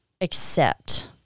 accept